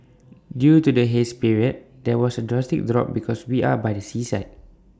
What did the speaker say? due to the haze period there A drastic drop because we are by the seaside